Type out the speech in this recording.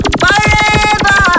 forever